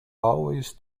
always